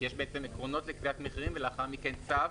כי יש עקרונות לקביעת מחירים ולאחר מכן צו